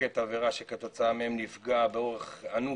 בקבוקי תבערה שכתוצאה מהם נפגע באורח אנוש,